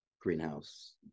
greenhouse